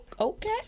okay